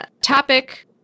topic